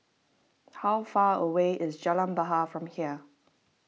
how far away is Jalan Bahar from here